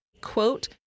quote